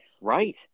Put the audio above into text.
Right